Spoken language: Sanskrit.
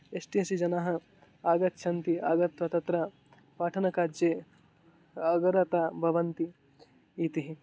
एश्टि एस्सि जनाः आगच्छन्ति आगत्य तत्र पाठनकार्ये अग्रे गताः भवन्ति इति